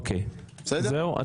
זהו?